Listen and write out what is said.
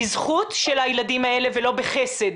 בזכות של הילדים האלה ולא בחסד.